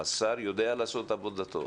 השר יודע לעשות את עבודתו.